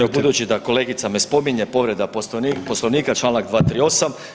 Evo budući da kolegica me spominje, povreda Poslovnika članak 238.